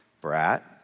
brat